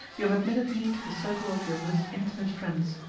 you have admitted me to the circle of your most intimate friends.